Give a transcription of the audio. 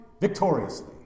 victoriously